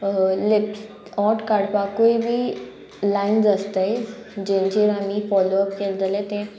lapse ऑट काडपाकूय बी लायन्स आसताय जेंचेर आमी फोलो अप केले जाल्यार ते